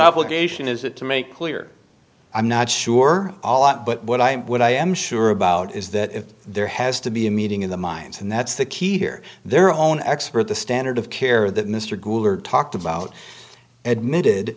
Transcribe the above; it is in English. obligation is it to make clear i'm not sure all that but what i what i am sure about is that there has to be a meeting in the minds and that's the key here their own expert the standard of care that mr gould talked about admitted